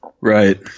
Right